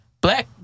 Black